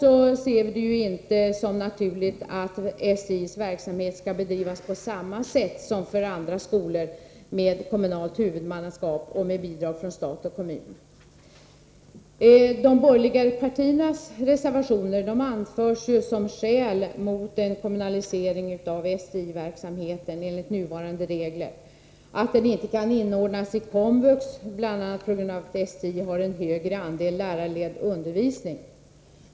Vi ser det som naturligt att STI:s verksamhet skall bedrivas på samma sätt som verksamheten i skolor med kommunalt huvudmannaskap och med bidrag från stat och kommun. I de borgerliga partiernas reservationer anförs som skäl mot en kommunalisering av STI:s verksamhet att den enligt nuvarande regler inte kan inordnas i komvux, bl.a. på grund av att STI har en större andel lärarledd undervisning.